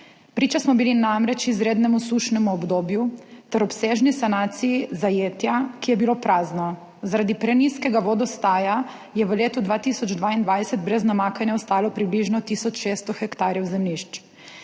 Priča smo bili namreč izrednemu sušnemu obdobju ter obsežni sanaciji zajetja, ki je bilo prazno. Zaradi prenizkega vodostaja je v letu 2022 brez namakanja ostalo približno tisoč 600 hektarjev zemljišč.